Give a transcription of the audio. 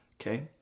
okay